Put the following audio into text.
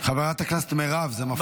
חברת הכנסת מירב, זה מפריע.